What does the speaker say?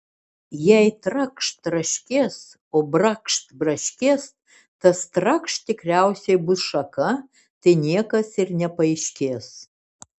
jei trakšt traškės o brakšt braškės tas trakšt tikriausiai bus šaka tai niekas ir nepaaiškės